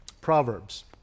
Proverbs